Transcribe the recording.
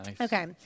Okay